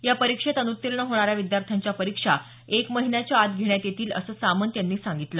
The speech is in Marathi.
या परीक्षेत अनुत्तीर्ण होणाऱ्या विद्यार्थ्यांच्या परीक्षा एक महिन्याच्या आत घेण्यात येतील असं सामंत यांनी सांगितलं